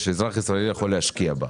שאזרח ישראלי יכול להשקיע בה.